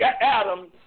Adam